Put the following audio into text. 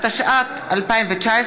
התשע"ט 2019,